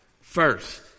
First